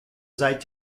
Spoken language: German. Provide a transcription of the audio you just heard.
seid